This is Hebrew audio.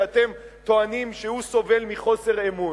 שאתם טוענים שהוא סובל מחוסר אמון,